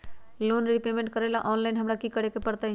Loan repayment करेला online हमरा की करे के परतई?